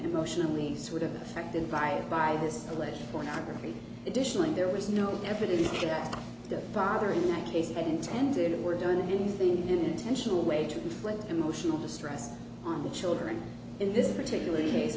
emotionally sort of affected by by this alleged pornography additionally there was no evidence that the father in that case had intended or done anything intentional way to inflict emotional distress on the children in this particular case